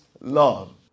love